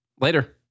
Later